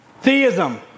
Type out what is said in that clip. Theism